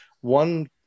one